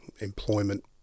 employment